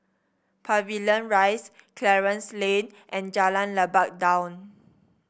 Pavilion Rise Clarence Lane and Jalan Lebat Daun